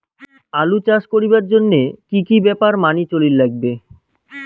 আলু চাষ করিবার জইন্যে কি কি ব্যাপার মানি চলির লাগবে?